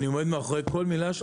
אני עומד מאחורי כל מילה שלי.